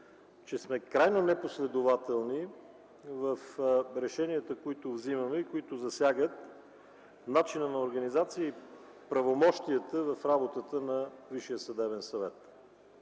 че сме крайно непоследователни в решенията, които взимаме и които засягат начина на организацията и правомощията в работата на